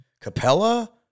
Capella